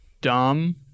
dumb